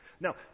Now